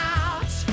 out